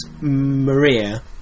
Maria